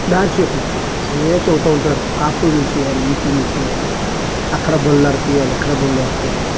దారి చూపలేదు ఏవో చెబుతూ ఉంటారు ఆ పూజలు చేయాలి ఈ పూజలు చేయాలి అక్కడ బలులు అర్పించాలి ఇక్కడ బలులు అర్పించాలి అని